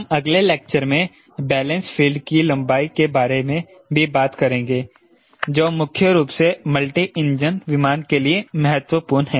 हम अगले लेक्चर में बैलेंस फील्ड की लंबाई के बारे में भी बात करेंगे जो मुख्य रूप से मल्टी इंजन विमान के लिए महत्वपूर्ण है